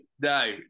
no